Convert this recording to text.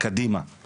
נגעתם בדברים הבאמת,